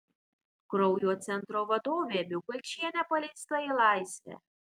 kraujo centro vadovė bikulčienė paleista į laisvę